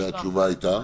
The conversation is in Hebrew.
והתשובה הייתה?